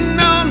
no